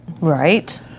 Right